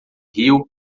rio